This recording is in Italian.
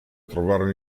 trovarono